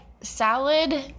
salad